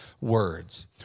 words